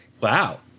Wow